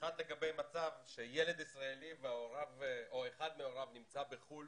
אחת לגבי מצב שילד ישראלי והוריו או אחד מהוריו נמצא בחו"ל